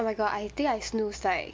oh my god I think I snooze like